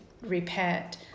repent